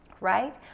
right